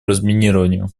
разминированию